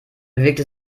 bewegte